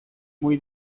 muy